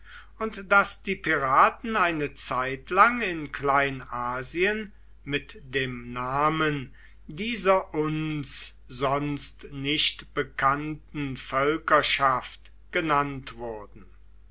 und daß die piraten eine zeitlang in kleinasien mit dem namen dieser uns sonst nicht bekannten völkerschaft genannt wurden